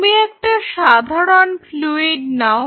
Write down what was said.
তুমি একটা সাধারন ফ্লুইড নাও